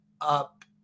up